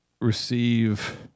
receive